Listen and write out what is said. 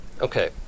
Okay